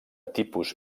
tipus